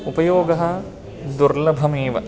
उपयोगः दुर्लभमेव